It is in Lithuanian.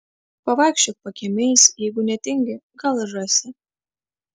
pavaikščiok pakiemiais jeigu netingi gal ir rasi